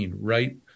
right